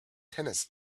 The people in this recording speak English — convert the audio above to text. tennis